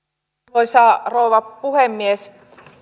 arvoisa rouva puhemies